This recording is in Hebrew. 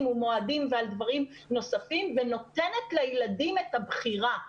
ומועדים ועל דברים נוספים ונותנת לילדים את הבחירה.